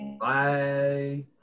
Bye